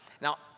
now